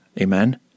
Amen